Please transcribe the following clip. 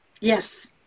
Yes